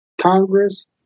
Congress